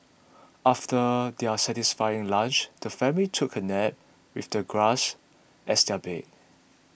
after their satisfying lunch the family took a nap with the grass as their bed